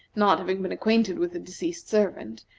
not having been acquainted with the deceased servant,